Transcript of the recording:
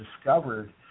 discovered